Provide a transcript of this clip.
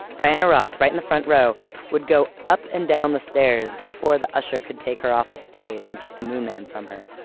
diana ross, right in the front row would go up and down the stairs before the usher could take her off the stage and get the moon man from her,